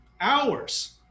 hours